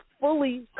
fully